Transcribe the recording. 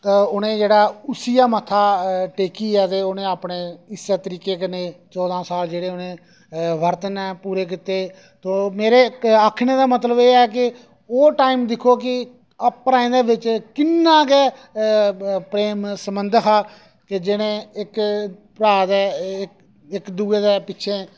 उ'नें जेह्ड़ा उसी मत्था टेकियै ते उ'नें अपने इस्सै तरीके कन्नै चौदां साल जेह्ड़े उ'नें भरत ने पूरे कीते मेरे आखने दा मतलब एह् ऐ कि ओह् टाइम दिक्खो के भ्राएं दे बिच किन्ना के प्रेम संबंध हा कि जि'नें इक भ्रा दे एक्क दुए दे पिच्छे